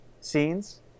scenes